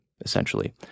essentially